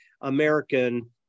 American